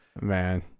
man